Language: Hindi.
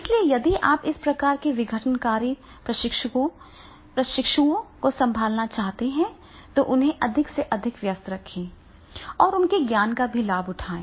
इसलिए यदि आप इस प्रकार के विघटनकारी प्रशिक्षुओं को संभालना चाहते हैं तो उन्हें अधिक से अधिक व्यस्त रखें और उनके ज्ञान का लाभ भी उठाएं